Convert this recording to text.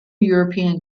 european